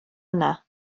yna